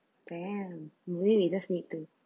damn maybe we just need to